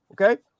okay